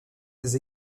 des